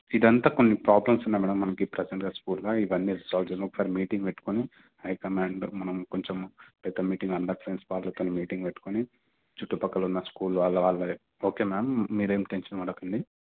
ఇదంతా కొన్ని ప్రాబ్లమ్స్ ఉన్నాయి మేడం మనకి ప్రజెంట్గా స్కూల్ల ఇవన్నీ రిసాల్వ్ చేసుకుని ఒకసారి మీటింగ్ పెట్టుకొని హై కమాండ్ మనం కొంచెం పెద్ద మీటింగ్ అందరి ప్రిన్సిపాల్లతోని చుట్టుపక్కల ఉన్న స్కూల్ వాళ్ళ వాళ్ళ ఓకే మ్యామ్ మీరేం టెన్షన్ పడకండి